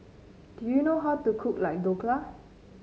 do you know how to cook Dhokla